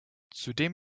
zudem